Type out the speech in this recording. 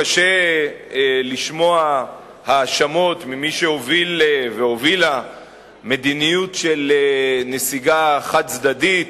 קשה לשמוע האשמות ממי שהוביל והובילה מדיניות של נסיגה חד-צדדית,